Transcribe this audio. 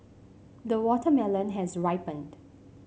the watermelon has ripened